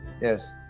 yes